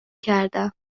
کردم